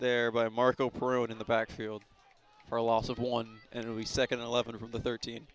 there by marco prone in the backfield for a loss of one and we second eleven of the thirteen